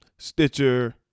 Stitcher